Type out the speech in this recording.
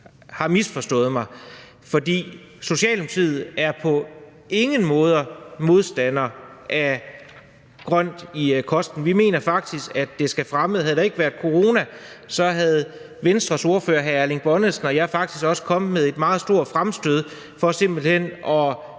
har misforstået mig, for Socialdemokratiet er på ingen måde modstandere af grønt i kosten. Vi mener faktisk, at det skal fremmes. Havde der ikke været corona, var Venstres ordfører, hr. Erling Bonnesen, og jeg faktisk også kommet med et meget stort fremstød for simpelt hen at